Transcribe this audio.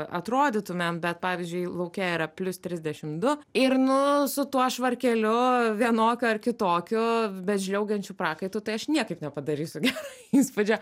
atrodytumėm bet pavyzdžiui lauke yra plius trisdešim du ir nu su tuo švarkeliu vienokiu ar kitokiu bet žliaugiančiu prakaitu tai aš niekaip nepadarysiu gero įspūdžio